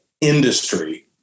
industry